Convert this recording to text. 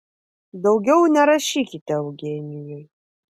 daugiau nerašykite eugenijui